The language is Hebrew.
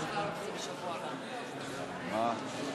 נעלה את זה בצורה מסודרת כמו שצריך עכשיו.